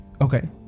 Okay